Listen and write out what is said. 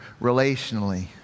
relationally